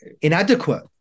inadequate